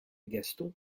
gaston